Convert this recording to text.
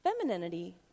Femininity